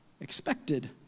expected